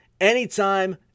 anytime